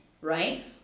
right